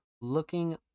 Looking